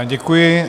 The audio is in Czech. Děkuji.